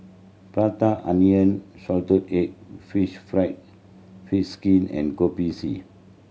Prata Onion salted egg fish fried fish skin and Kopi C